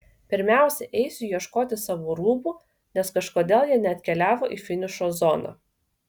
pirmiausia eisiu ieškoti savo rūbų nes kažkodėl jie neatkeliavo į finišo zoną